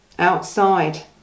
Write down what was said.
outside